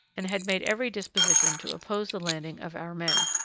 and had made every disposition to oppose the landing of our men,